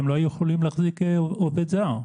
הם לא היו יכולים להחזיק עובד זר.